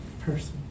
person